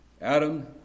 Adam